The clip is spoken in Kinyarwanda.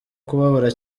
kubabara